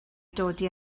dodi